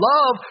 Love